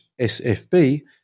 SFB